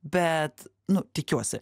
bet nu tikiuosi